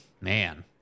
man